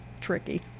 tricky